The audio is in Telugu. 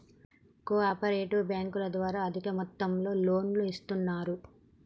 కో ఆపరేటివ్ బ్యాంకుల ద్వారా అధిక మొత్తంలో లోన్లను ఇస్తున్నరు